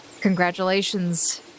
Congratulations